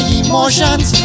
emotions